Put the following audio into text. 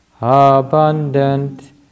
abundant